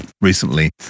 recently